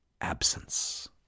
absence